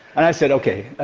and i said, ok,